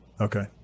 Okay